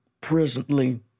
presently